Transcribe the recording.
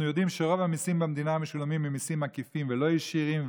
אנחנו יודעים שרוב המיסים במדינה משולמים ממיסים עקיפים ולא ישירים,